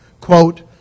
quote